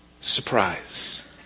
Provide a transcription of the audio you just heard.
surprise